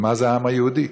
ומה זה העם היהודי?